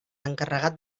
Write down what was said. encarregat